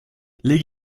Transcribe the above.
leg